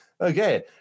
okay